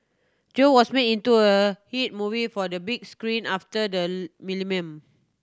Joe was made into a hit movie for the big screen after the millennium